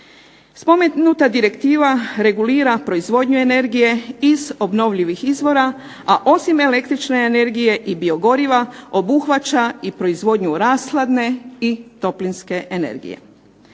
Spomenuta direktiva regulira proizvodnju energije iz obnovljivih izvora, a osim električne energije i biogoriva obuhvaća i proizvodnju rashladne i toplinske energije.